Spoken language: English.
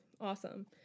awesome